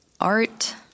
art